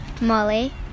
Molly